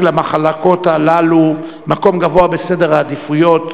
למחלקות הללו מקום גבוה בסדר העדיפויות,